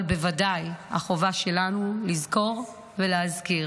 אבל בוודאי החובה שלנו לזכור ולהזכיר